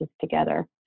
together